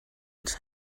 its